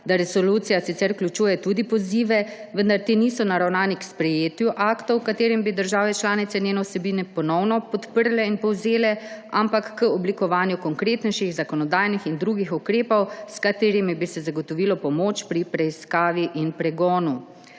da resolucija sicer vključuje tudi pozive, vendar ti niso naravnani k sprejetju aktov, v katerem bi države članice njeno vsebino ponovno podprle in povzele, ampak k oblikovanju konkretnejših zakonodajnih in drugih ukrepov, s katerimi bi se zagotovilo pomoč pri preiskavi in pregonu.